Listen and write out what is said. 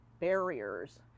barriers